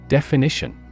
Definition